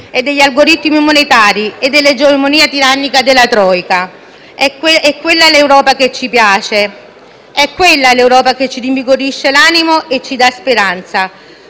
degli algoritmi monetari e dell'egemonia tirannica della *troika*. È quella l'Europa che ci piace. È quella l'Europa che ci rinvigorisce l'animo e che ci dà speranza;